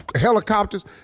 Helicopters